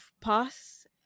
Pass